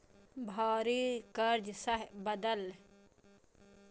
भारी कर्ज सं दबल लोक लेल क्रेडिट परामर्श लेब निस्संदेह नीक छै